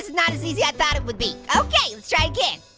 not as easy i thought it would be. okay, let's try again.